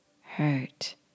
hurt